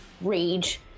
rage